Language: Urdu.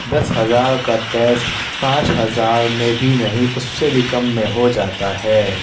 دس ہزار کا ٹیسٹ پانچ ہزار میں بھی نہیں اُس سے بھی کم میں ہوجاتا ہے